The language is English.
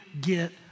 get